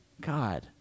God